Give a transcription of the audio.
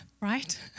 Right